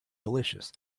delicious